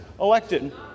elected